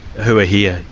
who are here?